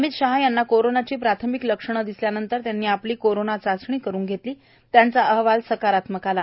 अमित शहा यांना कोरोनाची प्राथमिक लक्षने दिसल्या नंतर त्यांनी आपली कोरोना चाचणी करून घेतली त्याचा अहवाल सकारात्मक आला